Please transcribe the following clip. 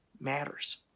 matters